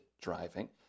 driving